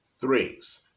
threes